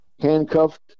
handcuffed